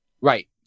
Right